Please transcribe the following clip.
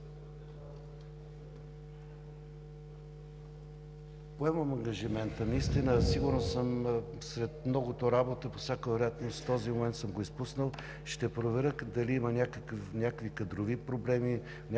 Поемам ангажимента, сигурно сред многото работа по всяка вероятност този момент съм го изпуснал. Ще проверя дали има някакви кадрови проблеми, някакви